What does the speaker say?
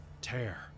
tear